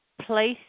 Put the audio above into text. place